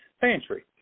pantry